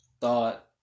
thought